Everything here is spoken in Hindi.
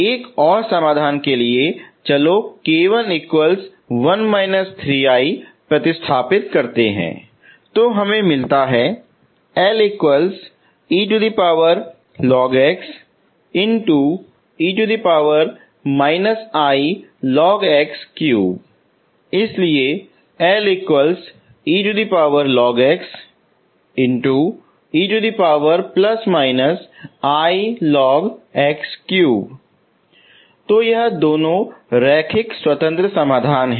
एक और समाधान के लिए चलो स्थानपात्र k1 1 3i हमें मिलता है इसीलिए तो ये दो रैखिक स्वतंत्र समाधान हैं